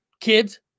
Kids